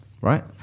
Right